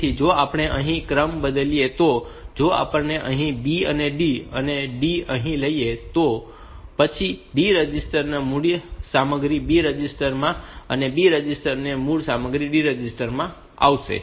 તેથી જો આપણે અહીં ક્રમ બદલીએ તો જો આપણે અહીં D B અહીં અને D અહીં લઈએ તો પછી મને D રજિસ્ટર ની મૂળ સામગ્રી B રજિસ્ટર માં અને B રજિસ્ટર ની મૂળ સામગ્રી D રજિસ્ટર માં મળશે